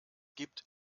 gibt